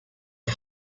the